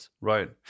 right